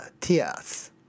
tears